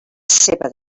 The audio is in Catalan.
ceba